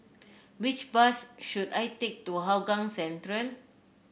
which bus should I take to Hougang Central